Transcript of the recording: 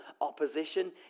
opposition